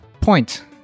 point